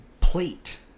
plate